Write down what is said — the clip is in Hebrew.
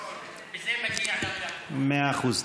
בזה מגיע גם, מאה אחוז.